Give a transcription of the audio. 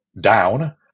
down